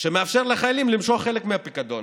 שמאפשר לחיילים למשוך חלק מהפיקדון.